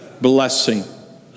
blessing